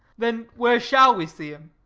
then where shall we see him?